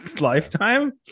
Lifetime